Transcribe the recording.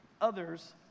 others